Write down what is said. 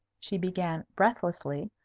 she began, breathlessly.